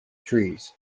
trees